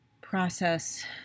process